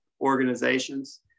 organizations